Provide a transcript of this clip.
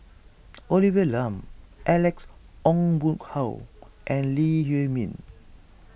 Olivia Lum Alex Ong Boon Hau and Lee Huei Min